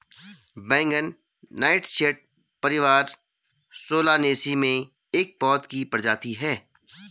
बैंगन नाइटशेड परिवार सोलानेसी में एक पौधे की प्रजाति है